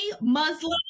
Muslim